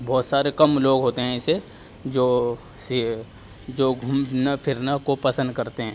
بہت سارے کم لوگ ہوتے ہیں ایسے جو جو گھومنا پھرنا کو پسند کرتے ہیں